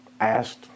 asked